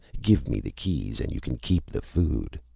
give me the keys and you can keep the food.